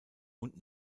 und